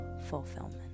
fulfillment